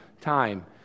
time